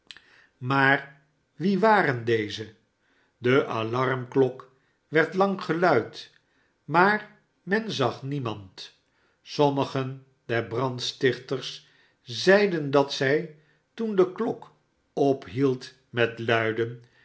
maar wie waren dezen de alarmklok werd lang geluid maar men zag niemand sommigen der brandstiehters zeiden dat zij toen de klok ophield met luiden